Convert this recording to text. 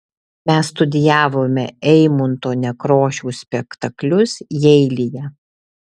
mes studijavome eimunto nekrošiaus spektaklius jeilyje